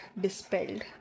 dispelled